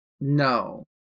No